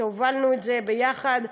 הובלנו את זה ביחד,